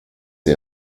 ihr